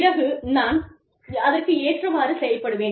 பிறகு நான் அதற்கு ஏற்றவாறு செயல்படுவேன்